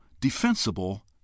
defensible